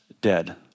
dead